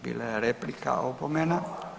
Bila je replika, opomena.